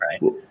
right